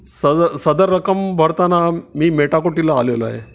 सद सदर रकम भरताना मी मेटाकुटीला आलेलो आहे